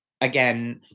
again